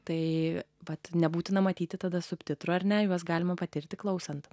tai vat nebūtina matyti tada subtitrų ar ne juos galima patirti klausant